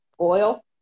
Oil